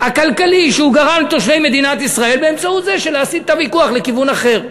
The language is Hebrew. הכלכלי שהוא גרם לתושבי מדינת ישראל באמצעות הסטת הוויכוח לכיוון אחר.